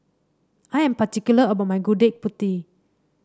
I am particular about my Gudeg Putih